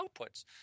outputs